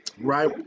Right